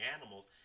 animals